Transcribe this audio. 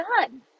done